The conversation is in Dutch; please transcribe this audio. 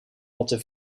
rotte